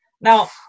Now